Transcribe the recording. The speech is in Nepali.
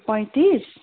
पैँतिस